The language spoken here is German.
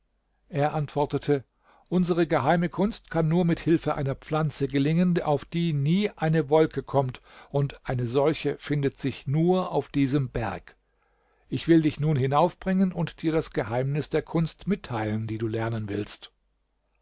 er antwortete unsere geheime kunst kann nur mit hilfe einer pflanze gelingen auf die nie eine wolke kommt und ein solche findet sich nur auf diesem berg ich will dich nun hinaufbringen und dir das geheimnis der kunst mitteilen die du lernen willst